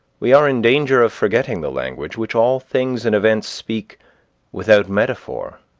we are in danger of forgetting the language which all things and events speak without metaphor,